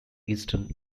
eastern